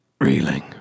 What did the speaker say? reeling